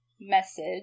message